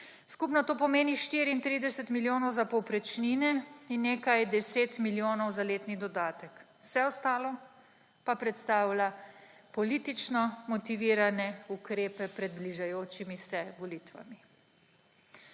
Skupno to pomeni 34 milijonov za povprečnine in nekaj 10 milijonov za letni dodatek. Vse ostalo pa predstavlja politično motivirane ukrepe pred bližajočimi se volitvami.